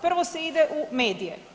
Prvo se ide u medije.